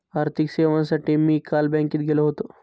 आर्थिक सेवांसाठी मी काल बँकेत गेलो होतो